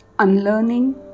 unlearning